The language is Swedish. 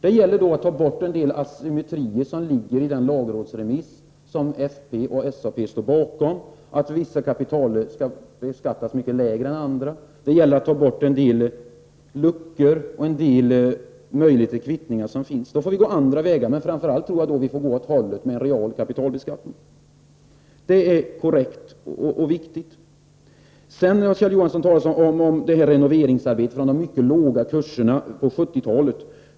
Det gäller då att ta bort en del asymmetrier som ligger i den lagrådsremiss som folkpartiet och socialdemokraterna står bakom, att vissa kapital skall beskattas mycket lägre än andra. Det gäller att ta bort en del luckor och möjligheter till kvittning. Vi får alltså gå andra vägar. Framför allt tror jag att vi då får gå åt hållet med en real kapitalbeskattning. Det är korrekt och viktigt. Kjell Johansson talade om att renoveringsarbetet utgick från de mycket låga kurserna på 70-talet.